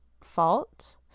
fault